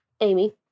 Amy